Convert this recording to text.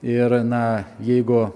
ir na jeigu